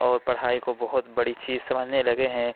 اور پڑھائی کو بہت بڑی چیز سمجھنے لگے ہیں